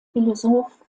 philosoph